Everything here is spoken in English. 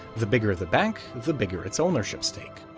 the bigger the bank, the bigger its ownership stake.